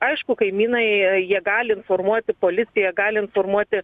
aišku kaimynai jie gali informuoti policiją gali informuoti